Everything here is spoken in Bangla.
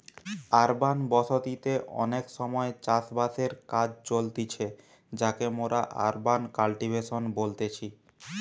আরবান বসতি তে অনেক সময় চাষ বাসের কাজ চলতিছে যাকে মোরা আরবান কাল্টিভেশন বলতেছি